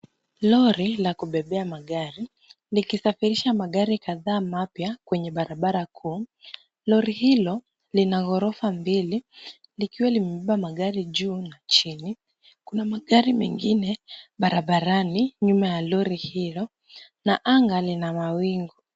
Lori la kubebea magari likisafirisha magari kadhaa mapya kwenye barabara kuu. Lori hilo lina ghorofa mbili likiwa limebeba magari juu na chini. Kuna magari mengine barabarani nyuma ya lori hilo na anga lina mawingu.